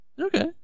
okay